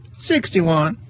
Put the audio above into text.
sixty one,